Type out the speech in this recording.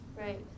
Right